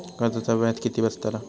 कर्जाचा व्याज किती बसतला?